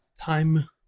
time